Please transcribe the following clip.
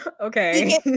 Okay